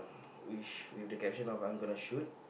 which with the caption of I'm gonna shoot